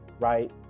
right